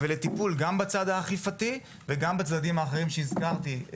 ולטיפול גם בצד האכיפה וגם בצדדים האחרים שהזכרתי.